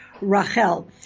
Rachel